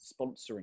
sponsoring